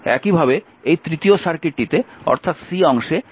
একইভাবে এই তৃতীয় সার্কিটটিতে অর্থাৎ অংশে দেওয়া আছে রোধ R 25 Ω